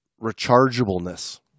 rechargeableness